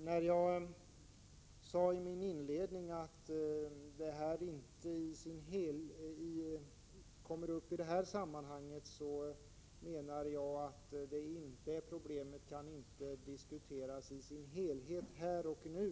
När jag i min inledning sade att den saken inte kommer upp i det här sammanhanget menade jag att det problemet inte i dess helhet kan diskuteras här och nu.